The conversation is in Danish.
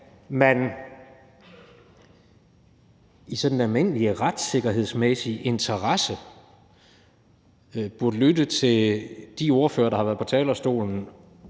fra sådan en almindelig retssikkerhedsmæssig interesse burde lytte til de ordførere, der har været på talerstolen